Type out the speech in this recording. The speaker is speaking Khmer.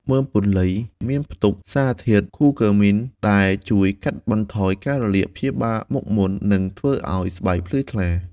មើមពន្លៃមានផ្ទុកសារធាតុ គូឃឺមីន (Curcumin) ដែលជួយកាត់បន្ថយការរលាក ព្យាបាលមុខមុន និងធ្វើឲ្យស្បែកភ្លឺថ្លា។